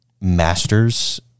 masters